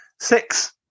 six